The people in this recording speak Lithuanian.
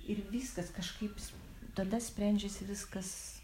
ir viskas kažkaip tada sprendžiasi viskas